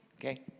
okay